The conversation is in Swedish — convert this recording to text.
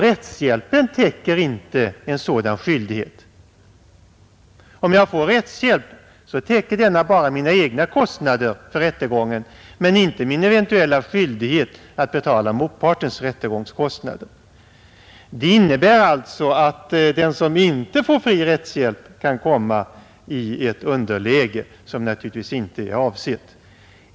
Rättshjälpen täcker inte en sådan skyldighet. Om jag får rättshjälp täcker denna bara mina egna kostnader för rättegången men inte min eventuella skyldighet att betala motpartens rättegångskostnader. Det innebär alltså att den som inte får fri rättshjälp kan komma i ett underläge som naturligtvis inte är avsett.